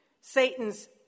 Satan's